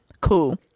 cool